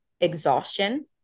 exhaustion